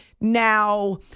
now